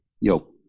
yo